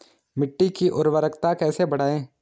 मिट्टी की उर्वरकता कैसे बढ़ायें?